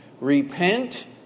Repent